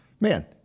man